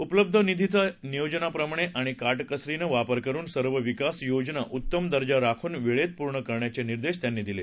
उपलब्ध निधीचा नियोजनाप्रमाणे आणि काटकसरीने वापर करून सर्व विकास योजना उत्तम दर्जा राखून वेळेत पूर्ण करायचे निर्देश देशमुख यांनी यावेळी दिले